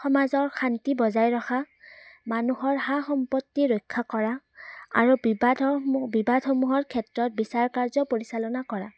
সমাজৰ শান্তি বজাই ৰখা মানুহৰ সা সম্পত্তি ৰক্ষা কৰা আৰু বিবাদ বিবাদসমূহৰ ক্ষেত্ৰত বিচাৰ কাৰ্য পৰিচালনা কৰা